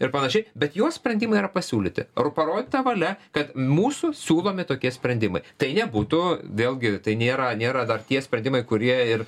ir panašiai bet jos sprendimai yra pasiūlyti ru parodyta valia kad mūsų siūlomi tokie sprendimai tai jie būtų vėlgi tai nėra nėra dar tie sprendimai kurie ir